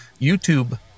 YouTube